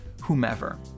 whomever